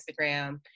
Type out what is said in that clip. Instagram